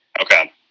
Okay